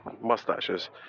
mustaches